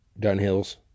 Dunhills